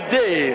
day